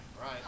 Right